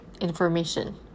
information